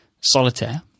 solitaire